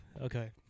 okay